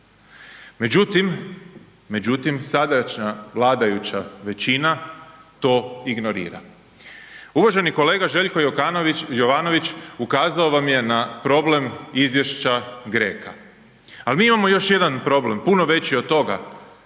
međutim, sadašnja vladajuća većina to ignorira. Uvaženi kolega Željko Jokanović, Jovanović, ukazao vam je na problem izvješća GRECO-a, al mi imamo još jedan problem, puno veći od toga,